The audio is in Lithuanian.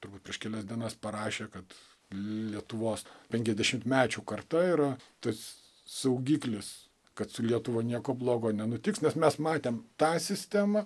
turbūt prieš kelias dienas parašė kad lietuvos penkiasdešimtmečių karta yra tas saugiklis kad su lietuva nieko blogo nenutiks nes mes matėm tą sistemą